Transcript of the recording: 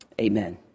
amen